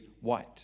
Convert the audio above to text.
white